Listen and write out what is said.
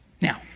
Now